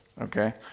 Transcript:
Okay